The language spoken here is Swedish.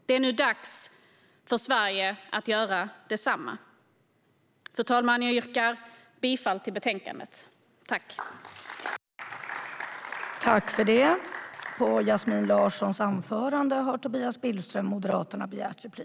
Det är nu dags för Sverige att göra detsamma. Fru talman! Jag yrkar bifall till förslaget i betänkandet.